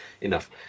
Enough